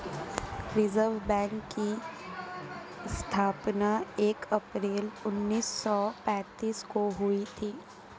reserve Bank की स्थापना एक अप्रैल उन्नीस सौ पेंतीस को हुई थी